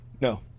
No